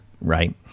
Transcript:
right